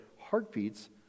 heartbeats